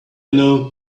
know